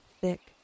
thick